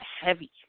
heavy